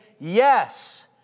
yes